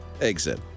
exit